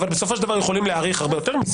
אבל בסופו של דבר יכולים להאריך הרבה יותר מזה,